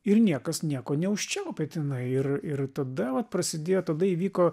ir niekas nieko neužčiaupė tenai ir ir tada vat prasidėjo tada įvyko